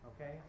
okay